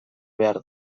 behar